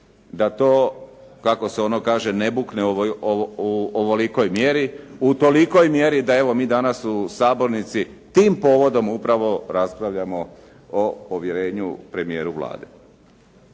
da to kako se ono kaže, ne bukne u ovolikoj mjeri, u tolikoj mjeri da evo mi danas u sabornici tim povodom raspravljamo o povjerenju premijeru Vlade.